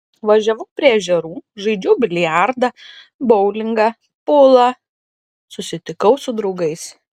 važiavau prie ežerų žaidžiau biliardą boulingą pulą susitikau su draugais